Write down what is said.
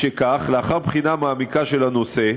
משכך, לאחר בחינה מעמיקה של הנושא,